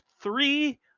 three